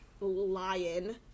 lion